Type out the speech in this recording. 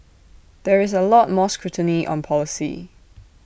there is A lot more scrutiny on policy